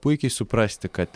puikiai suprasti kad